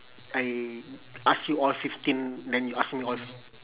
I ask you all fifteen then you ask me all